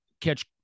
catch